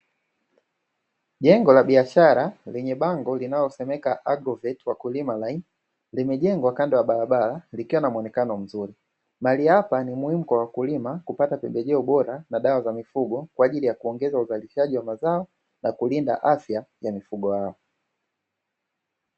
Jengo la biashara lenye bango linalosemeka "agrovet wakulima line", limejengwa kando ya barabara, likiwa na muonekano mzuri. Mahali hapa ni muhimu kwa wakulima kupata pembejeo bora na dawa za mifugo, kwa ajili ya kuongeza uzalishaji wa mazao, na kulinda afya ya mifugo yao.